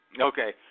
Okay